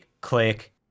Click